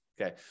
Okay